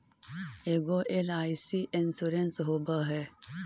ऐगो LIC insurance होव है?